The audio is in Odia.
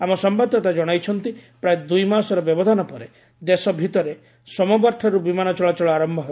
ଆମ ସମ୍ଭାଦଦାତା ଜଣାଇଛନ୍ତି ପ୍ରାୟ ଦୁଇ ମାସର ବ୍ୟବଧାନ ପରେ ଦେଶ ଭିତରେ ସୋମବାରଠାରୁ ବିମାନ ଚଳାଚଳ ଆରମ୍ଭ ହେବ